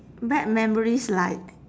bad memories like